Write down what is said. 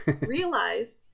realized